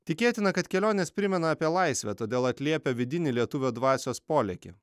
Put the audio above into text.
tikėtina kad kelionės primena apie laisvę todėl atliepia vidinį lietuvio dvasios polėkį